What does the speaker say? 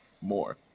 more